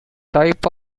type